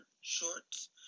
shorts